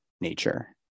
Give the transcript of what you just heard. nature